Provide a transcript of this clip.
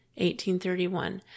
1831